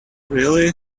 really